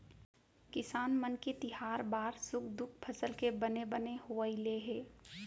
किसान मन के तिहार बार सुख दुख फसल के बने बने होवई ले हे